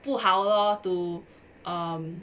不好 lor to um